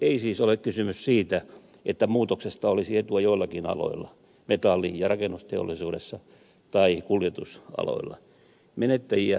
ei siis ole kysymys siitä että muutoksesta olisi etua joillakin aloilla metalli ja rakennusteollisuudessa tai kuljetusaloilla